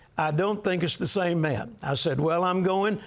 don't think it's the same man. i said well, i'm going,